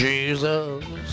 Jesus